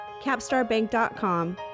capstarbank.com